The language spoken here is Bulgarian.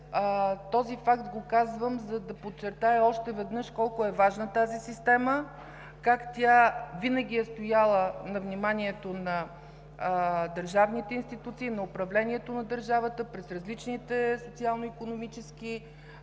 този факт, за да подчертая още веднъж колко е важна тази система, как тя винаги е стояла на вниманието на държавните институции, на управлението на държавата през различните социално-икономически периоди,